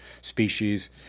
species